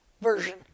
version